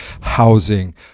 housing